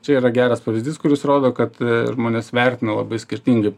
čia yra geras pavyzdys kuris rodo kad žmonės vertina labai skirtingai